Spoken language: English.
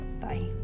Bye